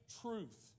truth